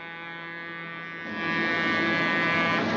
and